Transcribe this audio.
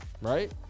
right